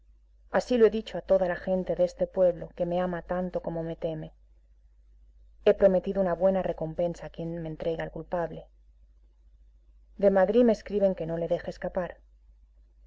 así lo he dicho a toda la gente de este pueblo que me ama tanto como me teme he prometido una buena recompensa a quien me entregue al culpable de madrid me escriben que no le deje escapar